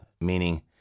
Meaning